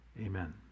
Amen